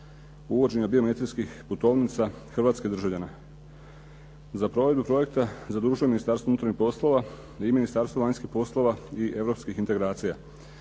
uvođenja biometrijskih putovnica za hrvatske državljane. Za provedbu projekta zadužuje Ministarstvo unutarnjih poslova i Ministarstvo vanjskih poslova i Europskih integracija